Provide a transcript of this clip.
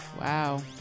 Wow